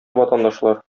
ватандашлар